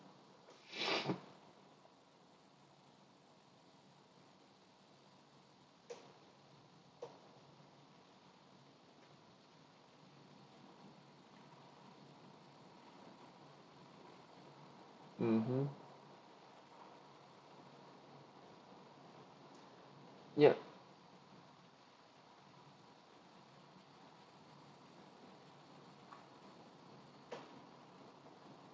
mmhmm yeah